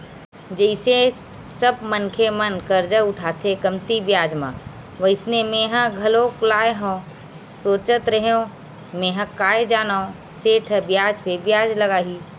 जइसे सब मनखे मन करजा उठाथे कमती बियाज म वइसने मेंहा घलोक लाय हव सोचत रेहेव मेंहा काय जानव सेठ ह बियाज पे बियाज लगाही